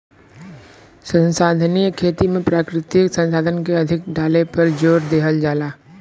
संसाधनीय खेती में प्राकृतिक संसाधन के अधिक डाले पे जोर देहल जाला